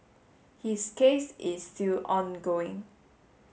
his case is still ongoing